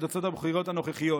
בתוצאות הבחירות הנוכחיות."